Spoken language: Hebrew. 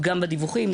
גם בדיווחים,